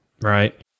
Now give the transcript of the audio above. right